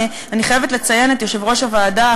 אני חייבת לציין את יו"ר הוועדה,